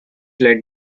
led